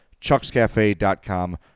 chuckscafe.com